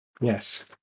Yes